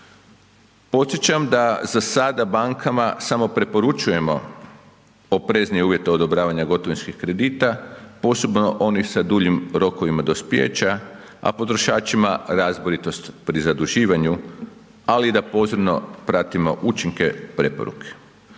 Podsjećam da za sada bankama samo preporučujemo opreznije uvjete odobravanja gotovinskih kredita, posebno onih sa duljim rokovima dospijeća, a potrošačima razboritost pri zaduživanju, ali i da pozorno pratimo učinke preporuke.